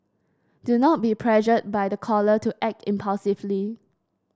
do not be pressured by the caller to act impulsively